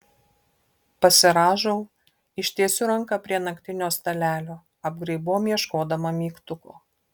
pasirąžau ištiesiu ranką prie naktinio stalelio apgraibom ieškodama mygtuko